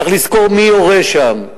צריך לזכור מי יורה שם.